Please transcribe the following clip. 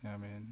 ya man